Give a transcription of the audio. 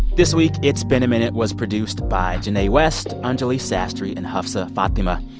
this week, it's been a minute was produced by jinae west, anjuli sastry and hafsa fathima.